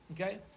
Okay